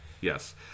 Yes